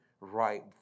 right